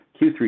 Q3